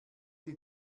die